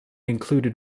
included